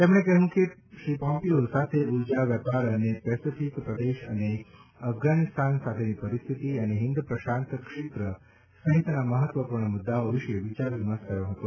તેમણે કહ્યું કે પોમ્પીયો સાથે ઉર્જા વેપાર અને પેસેફિક પ્રદેશ અને અફઘાનિસ્તાન સાથેની પરિસ્થિતિ અને હિંદ પ્રશાંત ક્ષેત્ર સહિતના મહત્વપૂર્ણ મુદ્દાઓ વિશે વિચારવિમર્શ થયો હતો